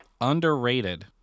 Underrated